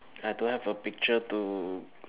I don't have a picture to